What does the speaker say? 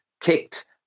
kicked